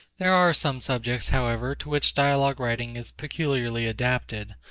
there are some subjects, however, to which dialogue-writing is peculiarly adapted,